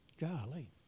golly